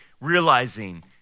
realizing